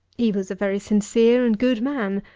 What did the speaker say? he was a very sincere and good man,